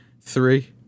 three